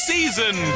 Season